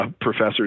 professors